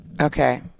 okay